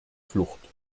flucht